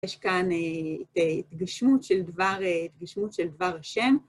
יש כאן התגשמות של דבר השם.